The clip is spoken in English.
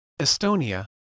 Estonia